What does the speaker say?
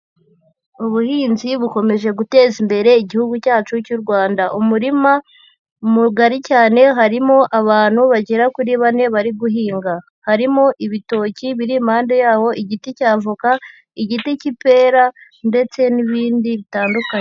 Ubuhinzi bukomeje guteza imbere Igihugu cyacu cy'u Rwanda. Umurima mugari cyane harimo abantu bagera kuri bane bari guhinga. Harimo ibitoki biri impande yawo, igiti cya voka, igiti cy'ipera ndetse n'ibindi bitandukanye.